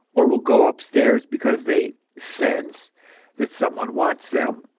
or will go upstairs because they sense that some one wants them,